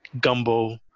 gumbo